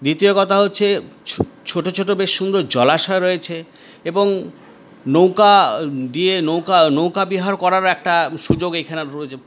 দ্বিতীয় কথা হচ্ছে ছোটো ছোটো বেশ সুন্দর জলাশয় রয়েছে এবং নৌকা দিয়ে নৌকা নৌকাবিহার করারও একটা সুযোগ এখানে রয়েছে